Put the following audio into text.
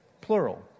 Plural